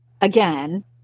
again